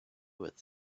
with